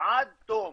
עד תום.